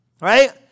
Right